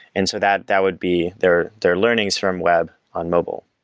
and so that that would be their their learnings from web on mobile.